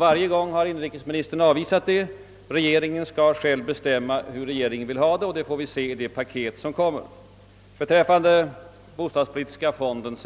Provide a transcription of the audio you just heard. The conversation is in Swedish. Varje gång har regeringen avvisat detta; regeringen skulle: själv bestämma över hur den vill ha det, och det får vi nu se av det paket som kommer. Inrikesministern gör gällande att jag beträffande den näringspolitiska fonden